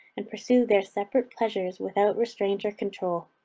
and pursue their separate pleasures without restraint or control.